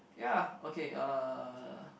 ya okay uh